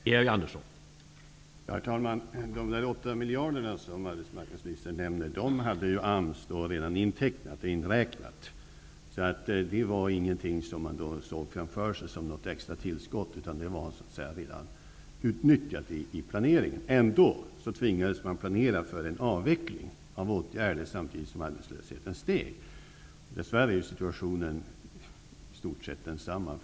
Herr talman! De 8 miljarder som arbetsmarknadsministern nämnde hade AMS redan intecknat och räknat med. Det var ingenting som man såg framför sig som ett extra tillskott, utan det var redan utnyttjat i planeringen. Ändå tvingades man att planera för en avveckling av åtgärder samtidigt som arbetslösheten steg. Dessvärre är situationen fortfarande i stort sett densamma.